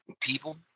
people